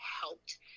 helped